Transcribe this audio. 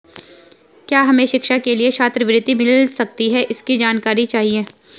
क्या हमें शिक्षा के लिए छात्रवृत्ति मिल सकती है इसकी जानकारी चाहिए?